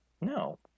No